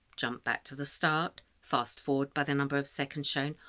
jump back to the start, fast-forward by the number of seconds shown,